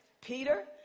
Peter